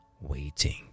waiting